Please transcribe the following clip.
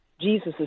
Jesus